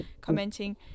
commenting